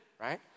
Right